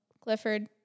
clifford